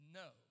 no